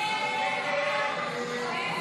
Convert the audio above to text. הסתייגות 10